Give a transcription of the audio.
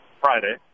Friday